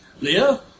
Leah